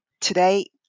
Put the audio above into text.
Today